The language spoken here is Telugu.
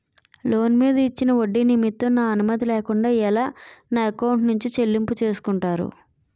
లోన్ మీద ఇచ్చిన ఒడ్డి నిమిత్తం నా అనుమతి లేకుండా ఎలా నా ఎకౌంట్ నుంచి చెల్లింపు చేసుకుంటారు?